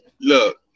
Look